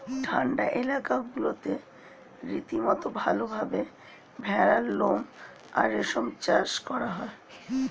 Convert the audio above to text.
ঠান্ডা এলাকাগুলোতে রীতিমতো ভালভাবে ভেড়ার লোম আর রেশম চাষ করা হয়